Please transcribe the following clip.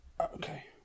Okay